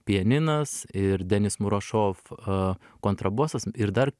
pianinas ir denis murašov kontrabosas ir dar